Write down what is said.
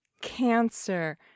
cancer